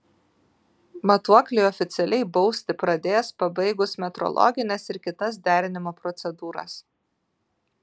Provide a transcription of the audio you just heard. matuokliai oficialiai bausti pradės pabaigus metrologines ir kitas derinimo procedūras